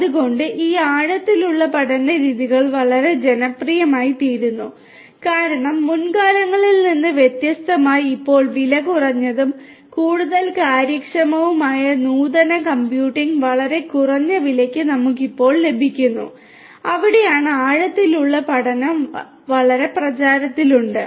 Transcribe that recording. അതിനാൽ ഈ ആഴത്തിലുള്ള പഠന രീതികൾ വളരെ ജനപ്രിയമായിത്തീരുന്നു കാരണം മുൻകാലങ്ങളിൽ നിന്ന് വ്യത്യസ്തമായി ഇപ്പോൾ വിലകുറഞ്ഞതും കൂടുതൽ കാര്യക്ഷമവുമായ നൂതന കമ്പ്യൂട്ടിംഗ് വളരെ കുറഞ്ഞ വിലയ്ക്ക് നമുക്ക് ഇപ്പോൾ ലഭിക്കുന്നു അവിടെയാണ് ആഴത്തിലുള്ള പഠനം വളരെ പ്രചാരത്തിലുണ്ട്